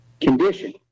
condition